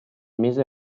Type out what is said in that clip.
mese